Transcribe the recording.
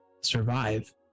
survive